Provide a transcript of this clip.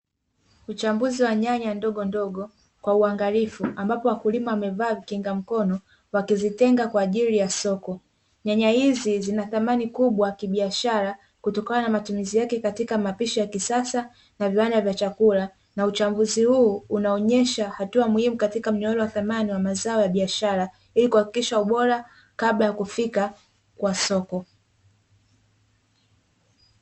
Uchambuzi wa nyanya ndogondogo kwa uangalifu, ambapo wakulima wamevaa vikinga mkono wakijitenga kwa ajili ya soko nyanya hizi zina thamani kubwa kibiashara kutokana na matumizi yake katika mapishi ya kisasa na viwanda vya chakula, na uchambuzi huu unaonyesha hatua muhimu katika mnyororo wa thamani wa mazao ya biashara Ili kuhakikisha ubora kabla ya kufika kwa soko.